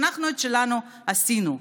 אנחנו את שלנו עשינו.